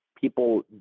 people